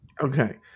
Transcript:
Okay